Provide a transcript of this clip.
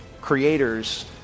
creators